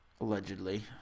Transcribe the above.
Allegedly